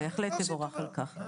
תבורך על כך, בהחלט תבורך על כך.